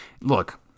look